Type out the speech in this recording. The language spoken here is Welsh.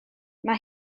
mae